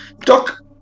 Doc